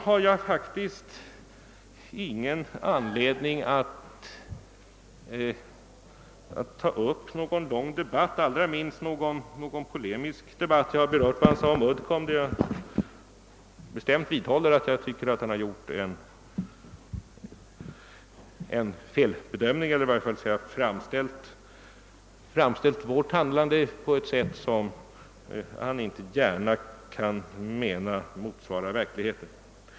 Jag har faktiskt ingen anledning att ta upp någon lång debatt med herr Eliasson i Sundborn, och allra minst någon polemisk debatt. Jag har redan berört vad han sade om Uddcomb. Jag vidhåller bestämt att han har gjort en felbedömning eller i varje fall har framställt vårt handlande på ett sätt som han inte gärna kan mena motsvarar verkligheten.